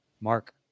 Mark